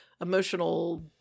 emotional